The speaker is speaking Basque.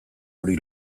hori